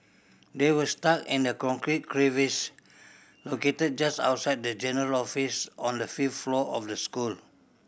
they were stuck in the concrete crevice located just outside the general office on the fifth floor of the school